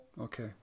Okay